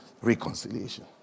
Reconciliation